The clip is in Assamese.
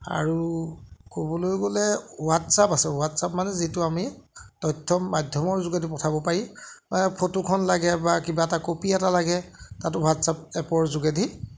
আৰু ক'বলৈ গ'লে হোৱাটছএপ আছে হোৱাটছএপ মানে যিটো আমি তথ্য মাধ্যমৰ যোগেদি পঠাব পাৰি ফটোখন লাগে বা কিবা এটা কপি এটা লাগে তাতো হোৱাটছএপ এপৰ যোগেদি